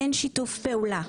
אין שיתוף פעולה,